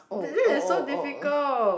this is so difficult